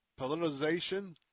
politicization